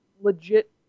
legit